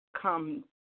come